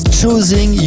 choosing